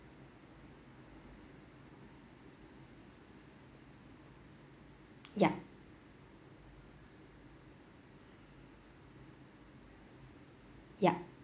yup yup